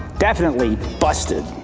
definitely, busted!